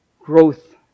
growth